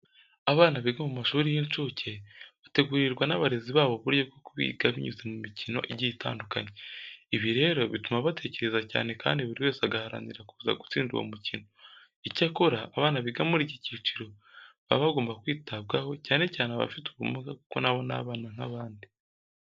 Abana biga mu mashuri y'inshuke bategurirwa n'abarezi babo uburyo bwo kwiga binyuze mu mikino igiye itandukanye. Ibi rero bituma batekereza cyane kandi buri wese agaharanira kuza gutsinda uwo mukino. Icyakora, abana biga muri iki cyiciro baba bagomba kwitabwaho cyane cyane abafite ubumuga kuko na bo ni abana nk'abandi.